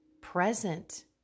present